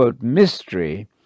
mystery